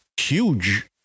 Huge